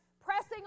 pressing